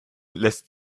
lässt